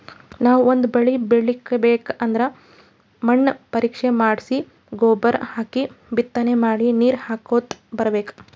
ನಾವ್ ಒಂದ್ ಬಳಿ ಬೆಳಿಬೇಕ್ ಅಂದ್ರ ಮಣ್ಣ್ ಪರೀಕ್ಷೆ ಮಾಡ್ಸಿ ಗೊಬ್ಬರ್ ಹಾಕಿ ಬಿತ್ತನೆ ಮಾಡಿ ನೀರ್ ಹಾಕೋತ್ ಇರ್ಬೆಕ್